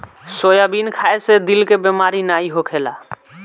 soybean खाए से दिल के बेमारी नाइ होखेला